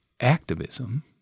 activism